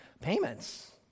payments